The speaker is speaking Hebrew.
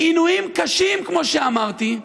עינויים קשים, כמו שאמרתי,